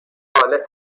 خالص